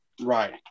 right